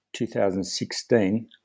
2016